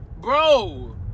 Bro